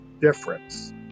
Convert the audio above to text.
difference